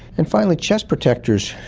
and finally, chest protectors,